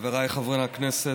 חבריי חברי הכנסת,